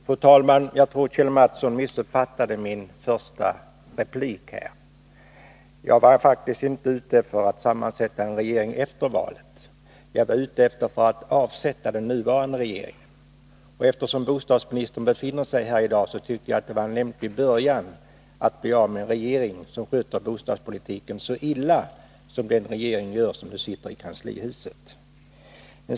Fru talman! Jag tror att Kjell Mattsson missuppfattade mitt första anförande. Jag var faktiskt inte ute efter att sammansätta en regering efter valet. Jag ville avsätta den nuvarande regeringen. Eftersom bostadsministern befinner sig här i dag, tyckte jag att det var en lämplig början att bli av med en regering som har skött bostadspolitiken så illa som den regering har gjort som nu sitter i kanslihuset.